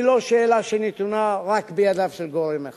היא לא שאלה שנתונה רק בידיו של גורם אחד.